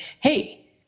Hey